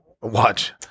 watch